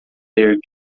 their